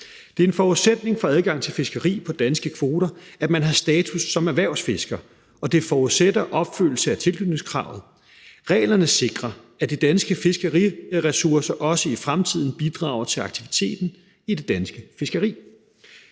Det er en forudsætning for adgang til fiskeri på danske kvoter, at man har status som erhvervsfisker, og det forudsætter opfyldelse af tilknytningskravet. Reglerne sikrer, at de danske fiskeriressourcer også i fremtiden bidrager til aktiviteten i det danske fiskeri.